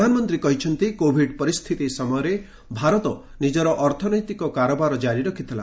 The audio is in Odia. ପ୍ରଧାନମନ୍ତ୍ରୀ କହିଛନ୍ତି କୋଭିଡ୍ ପରିସ୍ଥିତି ସମୟରେ ଭାରତ ନିକର ଅର୍ଥନୈତିକ କାରବାର କ୍କାରି ରଖିଥିଲା